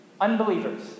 Unbelievers